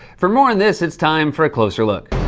for more on this, it's time for a closer look.